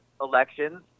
elections